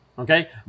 Okay